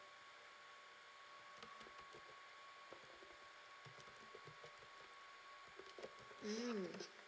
mm